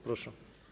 Proszę.